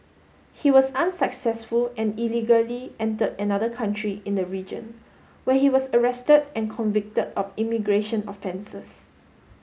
he was unsuccessful and illegally entered another country in the region where he was arrested and convicted of immigration offences